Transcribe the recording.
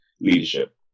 leadership